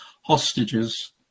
hostages